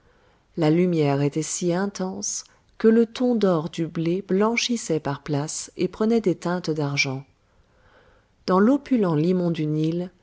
la lumière était si intense que le ton d'or du blé blanchissait par places et prenait des teintes d'argent dans l'opulent limon du nil